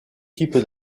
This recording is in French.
type